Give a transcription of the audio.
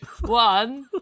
One